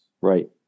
Right